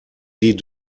sie